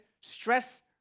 stress